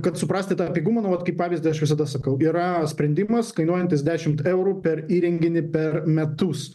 kad suprasti tą pigumą na vat kaip pavyzdį aš visada sakau yra sprendimas kainuojantis dešimt eurų per įrenginį per metus